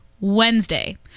Wednesday